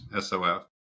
SOF